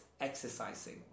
Exercising